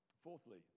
Fourthly